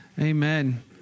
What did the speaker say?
amen